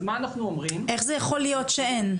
אז מה אנחנו אומרים -- איך יכול להיות שאין?